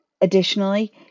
Additionally